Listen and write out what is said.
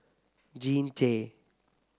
Jean Tay